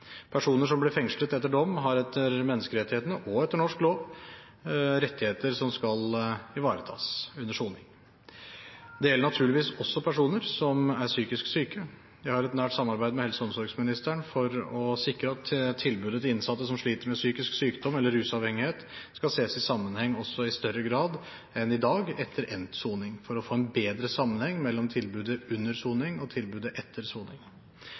Personer som blir fengslet etter dom, har etter menneskerettighetene – og etter norsk lov – rettigheter som skal ivaretas under soning. Dette gjelder naturligvis også personer som er psykisk syke. Jeg har et nært samarbeid med helse- og omsorgsministeren for å sikre at tilbudene til innsatte som sliter med psykisk sykdom eller rusavhengighet, i større grad enn i dag skal ses i sammenheng etter endt soning, for å få en bedre sammenheng mellom tilbudet under soning og tilbudet etter soning.